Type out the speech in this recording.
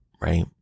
right